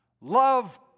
love